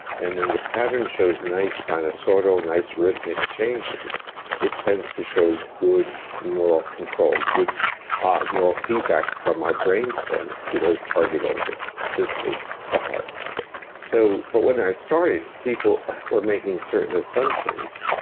and when the pattern chose nice sinusoidal, nice rhythmic changes it tends to show good neural control, good ah neural feedback from our brainstem to those target organs, in this case, the heart so but when i started, people were making certain assumptions,